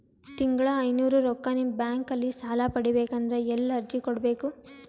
ತಿಂಗಳ ಐನೂರು ರೊಕ್ಕ ನಿಮ್ಮ ಬ್ಯಾಂಕ್ ಅಲ್ಲಿ ಸಾಲ ಪಡಿಬೇಕಂದರ ಎಲ್ಲ ಅರ್ಜಿ ಕೊಡಬೇಕು?